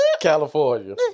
California